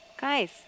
Guys